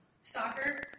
soccer